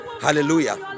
Hallelujah